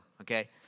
okay